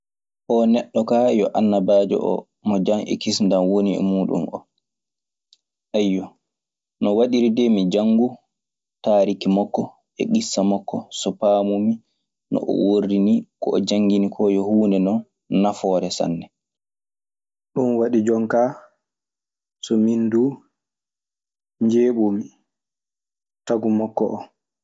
Oo neɗɗo kaa yo annabaajo o mo jan e kisndan woni e muuɗun. O nowaɗiri dee mi janngu taariki makko e ŋissa makko. So paamumi no o woordi ni ko o janngini koo yo huunde non nafoore sanne. Ɗun waɗi jonkaa so min duu, njeeɓumi tagu makko oo.